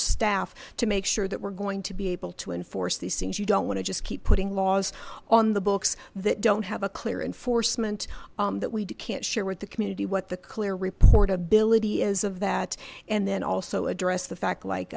staff to make sure that we're going to be able to enforce these things you don't want to just keep putting laws on the books that don't have a clear and force meant that we can't share with the community what the clear report ability is of that and then also address the fact like